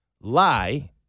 lie